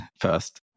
first